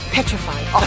Petrified